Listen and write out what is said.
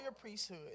priesthood